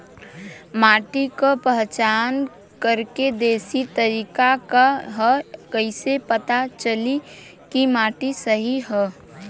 माटी क पहचान करके देशी तरीका का ह कईसे पता चली कि माटी सही ह?